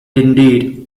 indeed